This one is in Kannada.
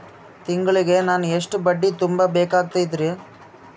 ತಿಂಗಳಿಗೆ ನಾನು ಎಷ್ಟ ಬಡ್ಡಿ ತುಂಬಾ ಬೇಕಾಗತೈತಿ?